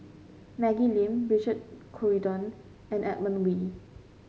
Maggie Lim Richard Corridon and Edmund Wee